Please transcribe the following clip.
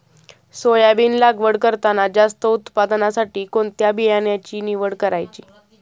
Soybean लागवड करताना जास्त उत्पादनासाठी कोणत्या बियाण्याची निवड करायची?